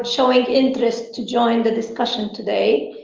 showing interest to join the discussion today.